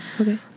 Okay